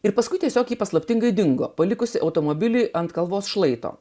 ir paskui tiesiog paslaptingai dingo palikusi automobilį ant kalvos šlaito